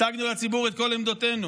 הצגנו לציבור את כל עמדותינו,